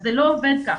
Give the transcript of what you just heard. זה לא עובד ככה.